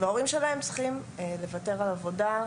וההורים שלהם צריכים לוותר על עבודה,